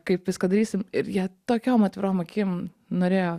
kaip viską darysim ir jie tokiom atvirom akim norėjo